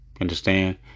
Understand